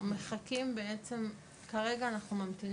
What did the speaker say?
אבל ההבנה היא שבסופו של דבר אמור להיות ממשק